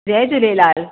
Jay Jhulelal